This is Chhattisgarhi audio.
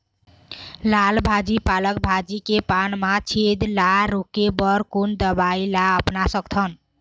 लाल भाजी पालक भाजी के पान मा छेद ला रोके बर कोन दवई ला अपना सकथन?